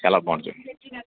చాలా బాగుంటుంది